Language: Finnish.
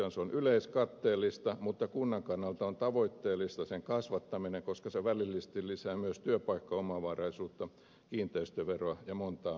se on yleiskatteellista mutta kunnan kannalta on tavoitteellista sen kasvattaminen koska se välillisesti lisää myös työpaikkaomavaraisuutta kiinteistöveroa ja montaa muutakin